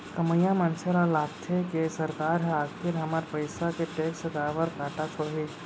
कमइया मनसे ल लागथे के सरकार ह आखिर हमर पइसा के टेक्स काबर काटत होही